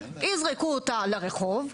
יזרקו אותה לרחוב,